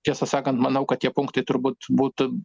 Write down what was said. tiesą sakant manau kad tie punktai turbūt būtų